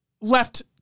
left